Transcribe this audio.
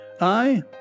I